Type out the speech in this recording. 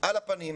על הפנים,